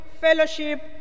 fellowship